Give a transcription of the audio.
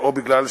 חבר הכנסת